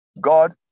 god